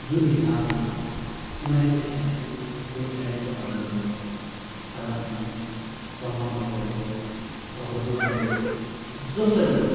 जुन हिसाबले उनैले छ्यासिको गोर्खाल्यान्डको आन्दोलनलाई साथ दिए समर्थन गरे सहयोग गरे जसरी